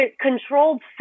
controlled